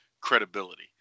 credibility